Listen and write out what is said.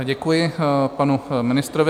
Děkuji panu ministrovi.